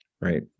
right